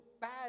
bad